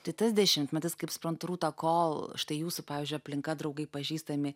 tai tas dešimtmetis kaip suprantu rūta kol štai jūsų pavyzdžiui aplinka draugai pažįstami